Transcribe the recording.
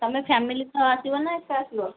ତୁମେ ଫ୍ୟାମିଲି ସହ ଆସିବ ନା ଏକା ଆସିବ